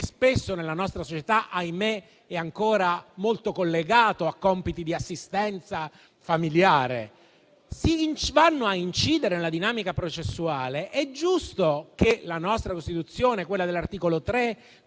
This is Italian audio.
spesso nella nostra società, ahimè, è ancora molto collegato a compiti di assistenza familiare - hanno impedimenti che vanno ad incidere nella dinamica processuale, è giusto che la nostra Costituzione, quella dell'articolo 3,